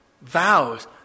vows